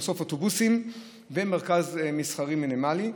מסוף אוטובוסים ומרכז מסחרי מינימלי.